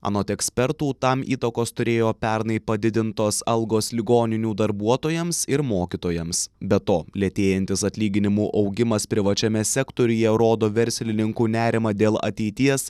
anot ekspertų tam įtakos turėjo pernai padidintos algos ligoninių darbuotojams ir mokytojams be to lėtėjantis atlyginimų augimas privačiame sektoriuje rodo verslininkų nerimą dėl ateities